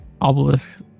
obelisk